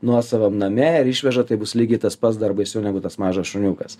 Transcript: nuosavam name ir išvežat tai bus lygiai tas pats dar baisiau negu tas mažas šuniukas